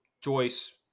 Joyce